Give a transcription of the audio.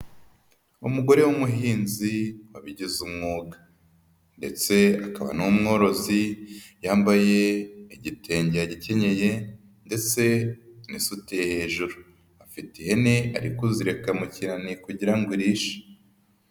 Umugore w'umuhinzi wabigize umwuga ndetse akaba n'umworozi, yambaye igitenge yagikenyeye ndetse n'isutiye hejuru, afite ihene ari kuzirika mu kinani kugira ngo irishe.